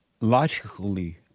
logically